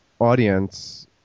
audience